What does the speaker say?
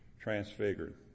Transfigured